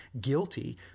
guilty